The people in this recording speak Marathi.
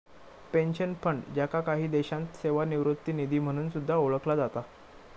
पेन्शन फंड, ज्याका काही देशांत सेवानिवृत्ती निधी म्हणून सुद्धा ओळखला जाता